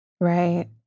right